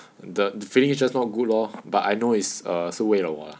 the feeling is just not good lor but I know is err 是为了我 lah